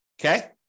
okay